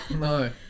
No